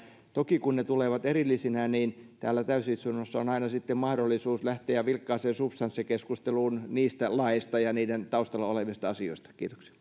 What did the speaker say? toki kun ne tulevat erillisinä niin täällä täysistunnossa on sitten aina mahdollisuus vilkkaaseen substanssikeskusteluun niistä laeista ja niiden taustalla olevista asioista